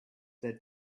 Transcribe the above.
that